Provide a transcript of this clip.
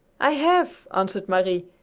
i have, answered marie,